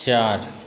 चार